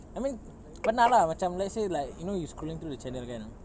I mean pernah lah macam let's say like you know you're scrolling through the channel kan